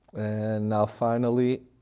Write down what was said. and now finally